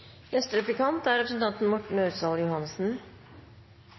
Neste taler er representanten